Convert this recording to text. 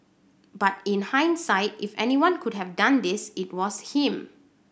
but in hindsight if anyone could have done this it was him